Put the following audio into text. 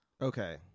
Okay